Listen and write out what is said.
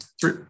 three